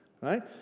Right